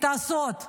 תעשו עוד?